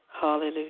Hallelujah